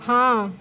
हाँ